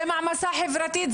זו מעמסה חברתית,